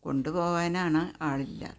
കൊണ്ടുപോവാനാണ് ആളില്ലാത്തത്